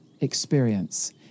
experience